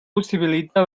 possibilita